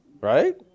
Right